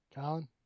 Colin